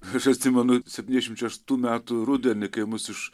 aš atsimenu septyniasdešimt šeštų metų rudenį kai mus iš